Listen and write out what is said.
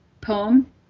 poem